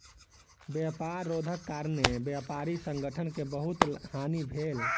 व्यापार रोधक कारणेँ व्यापारी संगठन के बहुत हानि भेल